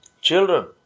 Children